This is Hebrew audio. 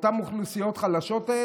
מאותן אוכלוסיות חלשות?